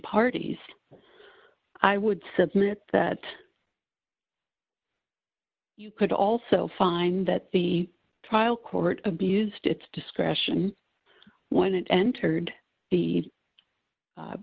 parties i would submit that you could also find that the trial court abused its discretion when it entered the